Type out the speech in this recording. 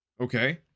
Okay